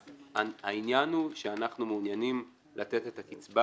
העניין הוא שאנחנו מעוניינים לתת את הקצבה